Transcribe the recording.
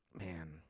Man